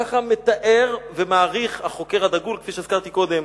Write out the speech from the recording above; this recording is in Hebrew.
ככה מתאר ומעריך החוקר הדגול, כפי שהזכרתי קודם,